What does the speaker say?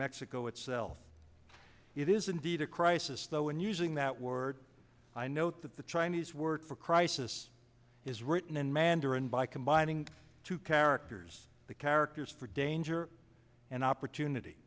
mexico itself it is indeed a crisis though and using that word i note that the chinese word for crisis is written in mandarin by combining two characters the characters for danger and opportunity